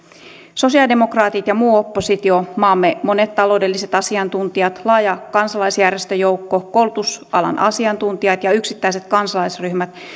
sosiaalidemokraatit ja muu oppositio maamme monet taloudelliset asiantuntijat laaja kansalaisjärjestöjoukko koulutusalan asiantuntijat ja yksittäiset kansalaisryhmät